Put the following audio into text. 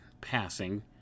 passing